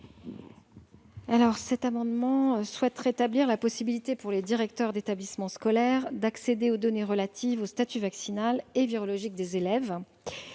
Il s'agit de rétablir la possibilité pour les directeurs d'établissements scolaires d'accéder aux données relatives au statut vaccinal et virologique des élèves.